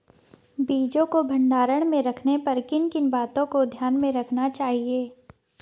बीजों को भंडारण में रखने पर किन किन बातों को ध्यान में रखना चाहिए?